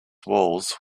walls